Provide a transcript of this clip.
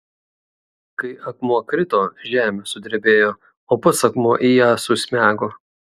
kai akmuo krito žemė sudrebėjo o pats akmuo į ją susmego